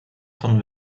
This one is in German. von